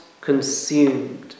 consumed